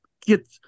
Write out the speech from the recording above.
get